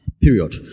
period